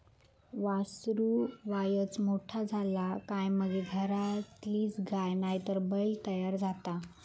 वासरू वायच मोठा झाला काय मगे घरातलीच गाय नायतर बैल तयार जाता